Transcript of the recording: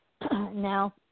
Now